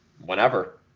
Whenever